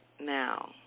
Now